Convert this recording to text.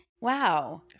wow